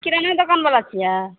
किराना दोकान बला छियै